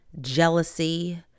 Jealousy